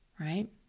right